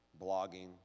Blogging